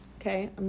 okay